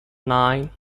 nine